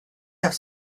have